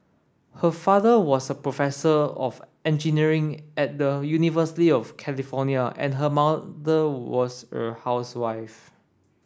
her father was a professor of engineering at the University of California and her mother was a housewife